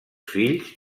fills